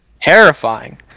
terrifying